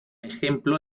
ejemplo